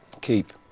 Keep